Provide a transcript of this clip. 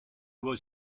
was